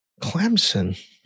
Clemson